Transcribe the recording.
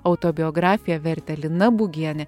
autobiografiją vertė lina būgienė